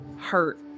hurt